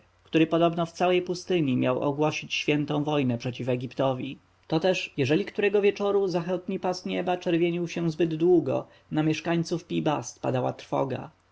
który podobno w całej pustyni miał ogłosić świętą wojnę przeciw egiptowi to też jeżeli którego wieczora zachodni pas nieba czerwienił się zbyt długo na mieszkańców pi-bast padała trwoga